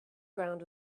ground